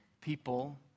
people